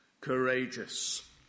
courageous